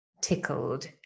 tickled